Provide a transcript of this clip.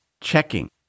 checking